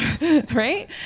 right